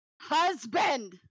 husband